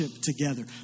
together